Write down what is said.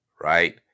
Right